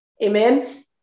Amen